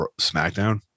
SmackDown